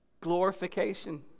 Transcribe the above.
Glorification